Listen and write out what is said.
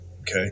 Okay